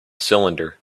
cylinder